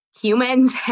humans